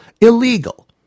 illegal